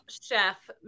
Chef